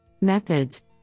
Methods